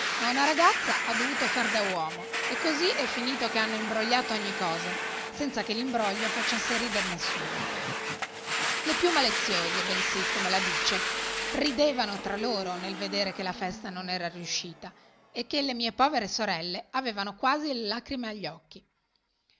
ma una ragazza ha dovuto far da uomo e così è finito che hanno imbrogliato ogni cosa senza che l'imbroglio facesse rider nessuno le più maliziose bensì come la bice ridevano tra loro nel vedere che la festa non era riuscita e che le mie povere sorelle avevano quasi le lacrime agli occhi